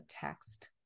text